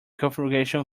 configuration